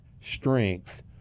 strength